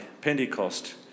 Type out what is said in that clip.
Pentecost